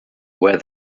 where